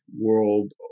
World